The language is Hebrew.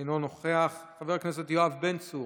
אינו נוכח, חבר הכנסת יואב בן צור,